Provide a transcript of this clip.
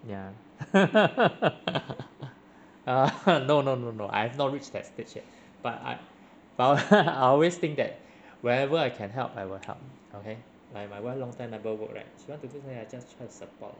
ya uh no no no no I've not reached that stage yet but I I I always think that whenever I can help I will help okay like my wife long time never work right she wants this then I just try to support